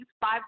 five